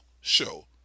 show